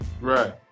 Right